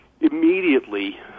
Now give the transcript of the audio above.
immediately